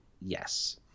Yes